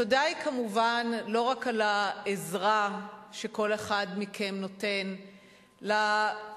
התודה היא כמובן לא רק על העזרה שכל אחד מכם נותן לקבוצה,